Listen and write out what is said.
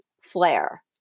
flare